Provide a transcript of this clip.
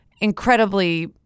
incredibly